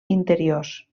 interiors